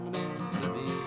Mississippi